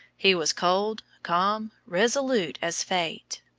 he was cold, calm, resolute as fate.